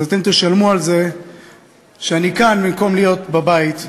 אז אתם תשלמו על זה שאני כאן במקום להיות בבית,